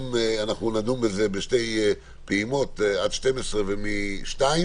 נדון בזה בשתי פעימות עד 12:00 ומ-14:00.